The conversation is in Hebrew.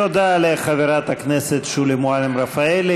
תודה לחברת הכנסת שולי מועלם-רפאלי.